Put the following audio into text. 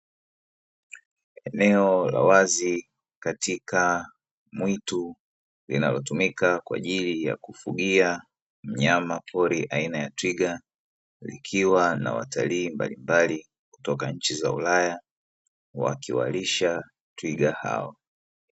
Eneo la wazi katika mwitu linaotumika kwa ajili ya kufugia mnyamapori aina ya twiga, likiwa na watalii mbalimbali kutoka nchi za ulaya wakiwalisha twiga hao.